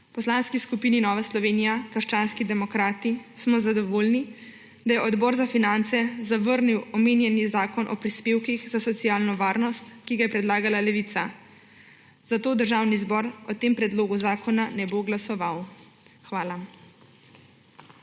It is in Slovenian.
Poslanski skupini Nova Slovenija – krščanski demokrati smo zadovoljni, da je Odbor za finance zavrnil omenjeni zakon o prispevkih za socialno varnost, ki ga je predlagala Levica, zato Državni zbor o tem predlogu zakona ne bo glasoval. Hvala.